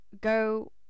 go